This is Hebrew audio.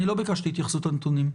אני לא ביקשתי התייחסות לנתונים.